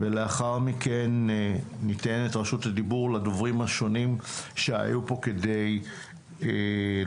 ולאחר מכן ניתן את רשות הדיבור לדוברים השונים שהיו פה כדי להגיב,